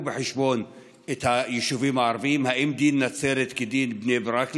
בחשבון את היישובים הערביים האם דין נצרת כדין בני-ברק,